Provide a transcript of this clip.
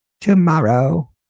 tomorrow